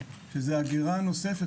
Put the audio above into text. שזה הגירה נוספת,